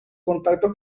contactos